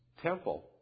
temple